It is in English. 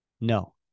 No